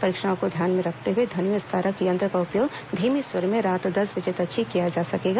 परीक्षाओं को ध्यान में रखते हुए ध्वनि विस्तारक यंत्र का उपयोग धीमी स्वर में रात दस बजे तक ही किया जा सकेगा